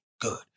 good